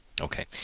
Okay